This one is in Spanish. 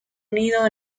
unido